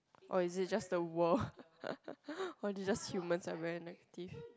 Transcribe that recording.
or is it just the world or it's just human are very negative